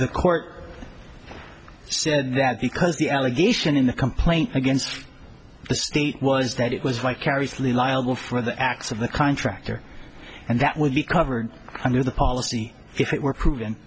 the court said that because the allegation in the complaint against the state was that it was vicariously liable for the acts of the contractor and that would be covered under the policy if it were proven